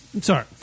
Sorry